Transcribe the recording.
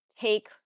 take